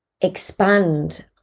expand